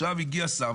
עכשיו הגיע שר,